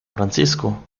francisco